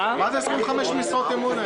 מה זה 25 משרות האמון האלה?